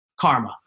Karma